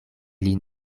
lin